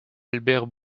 albert